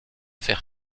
faire